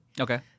Okay